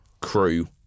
crew